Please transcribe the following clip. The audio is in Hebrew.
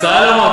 סולומון.